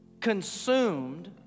Consumed